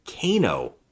Kano